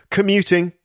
Commuting